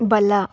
ಬಲ